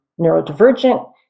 neurodivergent